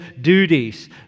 duties